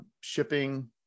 shipping